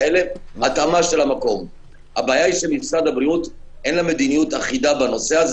הבעיה היא שלמשרד הבריאות אין מדיניות אחידה בנושא.